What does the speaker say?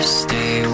stay